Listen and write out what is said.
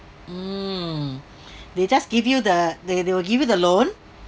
mm they just give you the they they will give you the loan